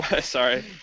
Sorry